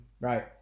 right